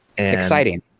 exciting